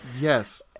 Yes